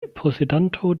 posedanto